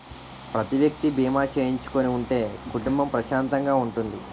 ప్రతి వ్యక్తి బీమా చేయించుకుని ఉంటే కుటుంబం ప్రశాంతంగా ఉంటుంది